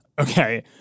Okay